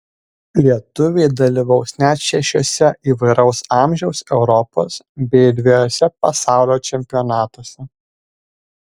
lietuviai dalyvaus net šešiuose įvairaus amžiaus europos bei dvejuose pasaulio čempionatuose